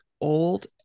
old